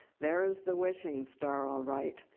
there is the wishing star, all right.